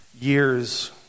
years